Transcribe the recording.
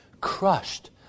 crushed